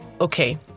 Okay